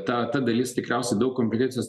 ta ta dalis tikriausiai daug kompetencijos